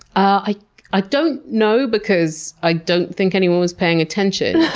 i i don't know because i don't think anyone was paying attention.